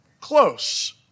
close